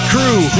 Crew